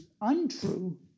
untrue